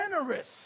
generous